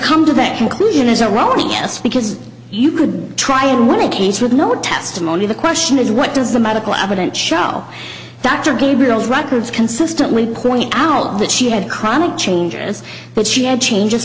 come to that conclusion is erroneous because you could try and win a case with no testimony the question is what does the medical evidence show dr gabriel's records consistently point out that she had chronic changes but she had changes